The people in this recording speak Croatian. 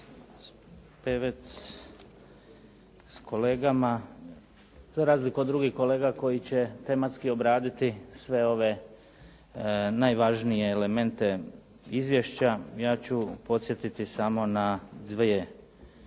sve ove najvažnije elemente izvješća ja ću podsjetiti samo na dvije